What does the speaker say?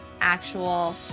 actual